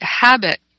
habit